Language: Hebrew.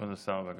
כבוד השר, בבקשה.